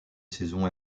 saison